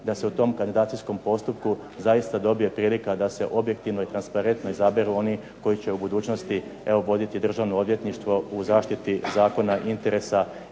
da se u tom kandidacijskom postupku zaista dobije prilika da se objektivno i transparentno izaberu oni koji će u budućnosti bodriti Državno odvjetništvo u zaštiti zakona, interesa